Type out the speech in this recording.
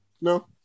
No